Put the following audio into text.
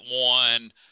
one